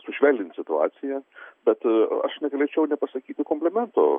sušvelninti situaciją bet aš negalėčiau nepasakyti komplimento